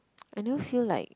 I never feel like